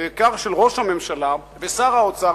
בעיקר של ראש הממשלה ושר האוצר,